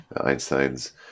Einstein's